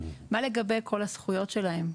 מה לגבי כל הזכויות שלהם,